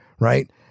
Right